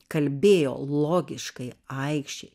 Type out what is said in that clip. kalbėjo logiškai aikšiai